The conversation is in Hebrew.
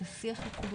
את השיח הציבורי